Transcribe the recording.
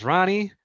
Ronnie